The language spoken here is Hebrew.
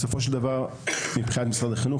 בסופו של דבר מבחינת משרד החינוך,